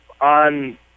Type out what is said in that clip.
on